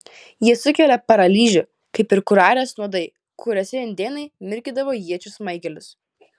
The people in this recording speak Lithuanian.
jie sukelia paralyžių kaip ir kurarės nuodai kuriuose indėnai mirkydavo iečių smaigalius